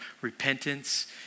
repentance